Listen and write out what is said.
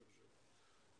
אני חושב.